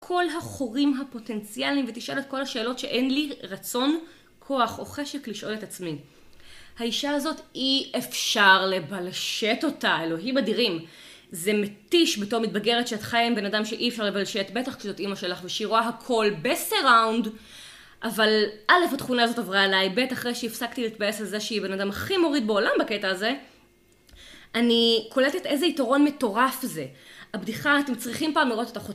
כל החורים הפוטנציאליים ותשאל את כל השאלות שאין לי רצון, כוח, או חשק לשאול את עצמי. האישה הזאת אי אפשר לבלשט אותה, אלוהים אדירים, זה מתיש בתור מתבגרת, שאת חיה עם בן אדם שאי אפשר לבלשט, בטח כשזאת אימא שלך ושהיא רואה הכל בסאראונד. אבל א', התכונה הזאת עברה אליי, בטח אחרי שהפסקתי להתבאס על זה שהיא בן אדם הכי מוריד בעולם בקטע הזה, אני קולטת איזה יתרון מטורף זה. הבדיחה - אתם צריכים פעם לראות אותה